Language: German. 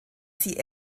sie